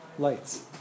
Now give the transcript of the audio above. lights